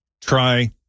try